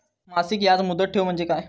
मासिक याज मुदत ठेव म्हणजे काय?